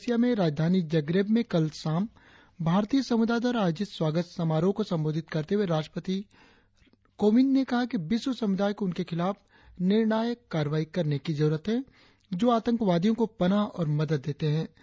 Croatia में राजधानी Zagreb में कल शाम भारतीय समुदाय द्वारा आयोजित स्वागत समारोह को संबोधित करते हुए राष्ट्रपति कोविंद ने कहा कि विश्व समुदाय को उनके खिलाफ निर्णायक कार्रवाई करने की जरुरत है जो आतंकवादियों को पनाह और मदद देते हैं